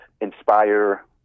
inspire